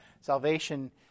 salvation